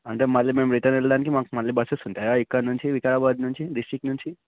అంటే మళ్ళీ మేము రిటర్న్ వెళ్ళడానికి మాకు మళ్ళీ బస్సెస్ ఉంటాయా ఇక్కడి నుంచి వికారాబాదు నుంచి డిస్టిక్ నుంచి